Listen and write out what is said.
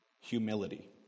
humility